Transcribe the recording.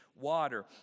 water